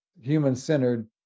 human-centered